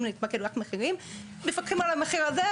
להתמקד רק מחירים - מפקחים על המחיר הזה,